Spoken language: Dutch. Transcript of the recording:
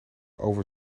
over